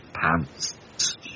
pants